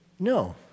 No